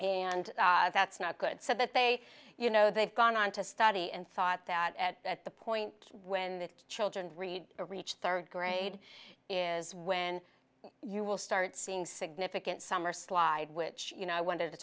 and that's not good so that they you know they've gone on to study and thought that at the point when the children read to reach third grade is when you will start seeing significant summer slide which you know i want to